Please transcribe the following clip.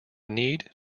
need